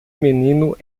menino